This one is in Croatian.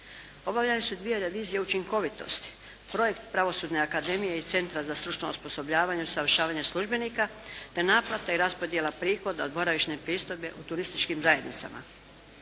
Obavljene su dvije revizije učinkovitosti, projekt pravosudne akademije i centra za stručno osposobljavanje i usavršavanje službenika te naplata i raspodjela prihoda od boravišne pristojbe u turističkim zajednicama.